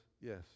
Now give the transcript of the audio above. yes